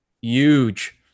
huge